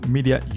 Media